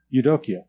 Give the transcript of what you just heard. Eudokia